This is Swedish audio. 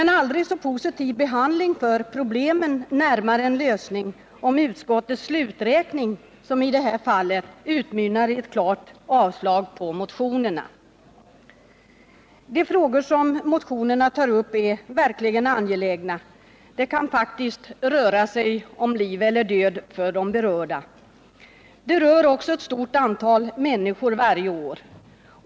En aldrig så positiv behandling för emellertid inte problemen närmare en lösning, om utskottets slutsats — som i det här fallet — utmynnar i ett klart avslag på motionerna. De frågor som motionerna tar upp är verkligen angelägna, det kan faktiskt röra sig om liv eller död för de berörda. De rör också ett stort antal människor varje år.